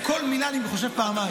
כל מילה אני חושב פעמיים.